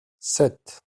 sept